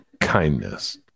kindness